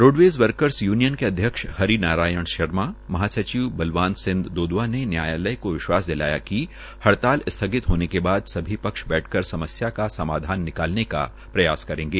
roadways workers union के अध्यक्ष हरि नारायण शर्मा महासचिव बलवान सिंद दोदवा ने न्यायालय को विश्वास दिलायाकि हड़ताल स्थगित होने के बाद सभी पक्ष बैठकर समस्या का समाधान निकालने का प्रयास करेंगे